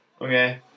okay